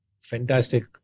Fantastic